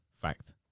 Fact